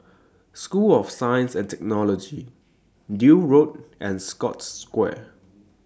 School of Science and Technology Deal Road and Scotts Square